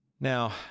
Now